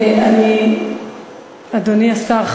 אדוני השר,